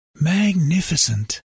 Magnificent